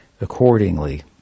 accordingly